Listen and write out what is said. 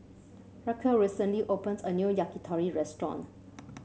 Raquel recently opens a new Yakitori Restaurant